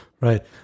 Right